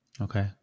Okay